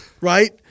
right